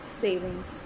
savings